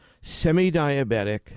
semi-diabetic